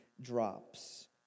drops